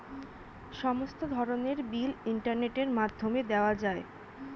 সমস্ত ধরনের বিল ইন্টারনেটের মাধ্যমে দেওয়া যায়